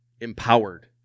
empowered